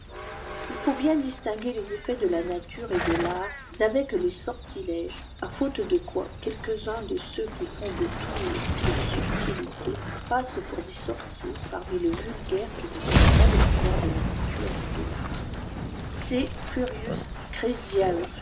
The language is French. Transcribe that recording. il faut bien distinguer les effets de la nature et de l'art d'avec les sortilèges à faute de quoi quelques-uns de ceux qui font des teurs de subtilité passent pour sorciers parmi le vulgaire qui ne connaît pas le pouvoir de la nature ni de l'art